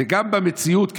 וגם במציאות.